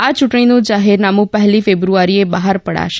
આ યૂંટણીનું જાહેરનામું પહેલી ફેબ્રુઆરીએ બહાર પડશે